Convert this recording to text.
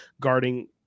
guarding